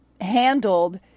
handled